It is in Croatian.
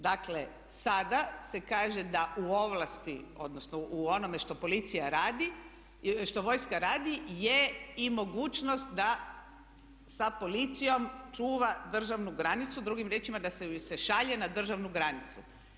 Dakle, sada se kaže da u ovlasti, odnosno u onome što policija radi, što vojska radi je i mogućnost da sa policijom čuva državnu granicu, drugim riječima da ju se šalje na državnu granicu.